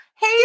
hey